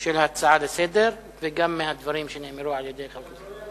של ההצעה לסדר-היום וגם מהדברים שנאמרו על-ידי חבר הכנסת,